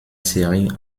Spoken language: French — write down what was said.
série